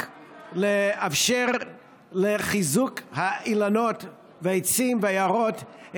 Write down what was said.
לאפשר את חיזוק האילנות והעצים והיערות,